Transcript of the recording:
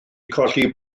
colli